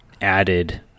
added